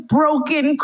broken